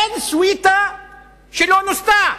אין סוויטה שלא נוסתה.